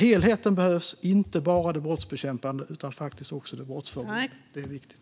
Helheten behövs - inte bara det brottsbekämpande arbetet utan faktiskt också det brottsförebyggande. Det är viktigt.